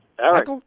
Eric